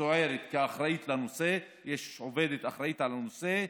צוערת, לאחראית לנושא, יש עובדת אחראית לנושא.